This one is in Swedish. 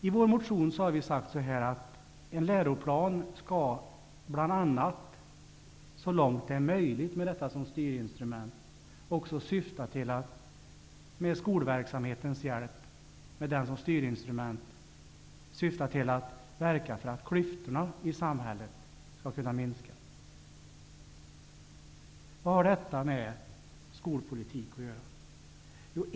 I vår motion har vi också sagt att skolan så långt det är möjligt, med läroplanen som styrinstrument, skall verka bl.a. för att klyftorna i samhället minskar. Vad har detta med skolpolitik att göra?